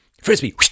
Frisbee